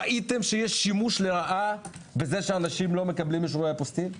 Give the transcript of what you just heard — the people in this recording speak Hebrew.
ראיתם שיש שימוש לרעה בזה שאנשים לא מקבלים אישורי אפוסטיל?